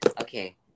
okay